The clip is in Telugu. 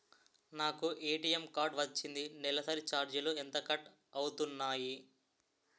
నాకు ఏ.టీ.ఎం కార్డ్ వచ్చింది నెలసరి ఛార్జీలు ఎంత కట్ అవ్తున్నాయి?